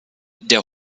der